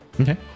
Okay